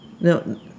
No